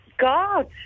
God